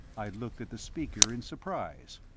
i looked at the speaker in surprise.